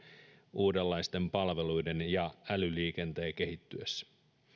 uudenlaisten palveluiden ja älyliikenteen kehittyessä